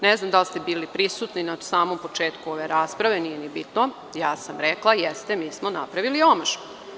Ne znam da li ste bili prisutni na samom početku ove rasprave, nije ni bitno, ja sam rekla, jeste, mi smo napravili omašku.